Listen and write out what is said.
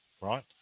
right